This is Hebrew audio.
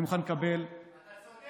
אני מוכן לקבל, אתה צודק.